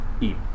eat